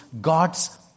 God's